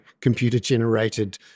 computer-generated